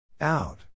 out